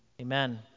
Amen